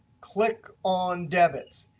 click on debits.